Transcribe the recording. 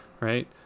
Right